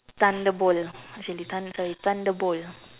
thunderbowl actually thund~ sorry thunderbowl